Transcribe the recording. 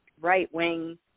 right-wing